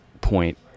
point